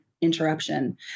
interruption